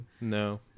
No